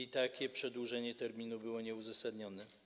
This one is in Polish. I takie przedłużenie terminu było nieuzasadnione.